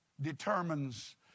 determines